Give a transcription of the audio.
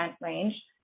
range